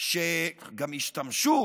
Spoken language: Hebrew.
שהשתמשו